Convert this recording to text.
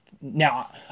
now